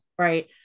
right